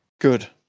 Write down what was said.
good